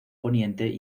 poniente